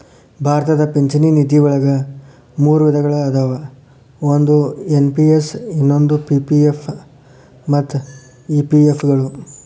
ಭಾರತದ ಪಿಂಚಣಿ ನಿಧಿವಳಗ ಮೂರು ವಿಧಗಳ ಅದಾವ ಒಂದು ಎನ್.ಪಿ.ಎಸ್ ಇನ್ನೊಂದು ಪಿ.ಪಿ.ಎಫ್ ಮತ್ತ ಇ.ಪಿ.ಎಫ್ ಗಳು